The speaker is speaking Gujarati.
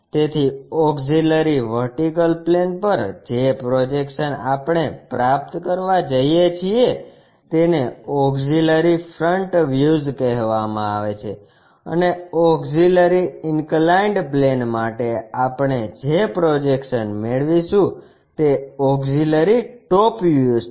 તેથી ઓક્ષીલરી વર્ટિકલ પ્લેન પર જે પ્રોજેક્શન આપણે પ્રાપ્ત કરવા જઈએ છીએ તેને ઓક્ષીલરી ફ્રન્ટ વ્યૂઝ કહેવામાં આવે છે અને ઓક્ષીલરી ઇન્કલાઇન્ડ પ્લેન માટે આપણે જે પ્રોજેક્શન મેળવીશું તે ઓક્ષીલરી ટોપ વ્યૂઝ છે